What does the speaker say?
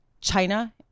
China